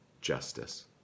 justice